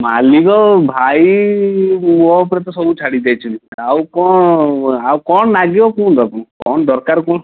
ମାଲିକ ଭାଇ ମୋ ଉପରେ ତ ସବୁ ଛାଡ଼ି ଦେଇଛନ୍ତି ଆଉ କଣ ଆଉ କଣ ନାଗିବ କୁହନ୍ତୁ ଆପଣ କଣ ଦରକାର କୁହ